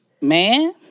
Man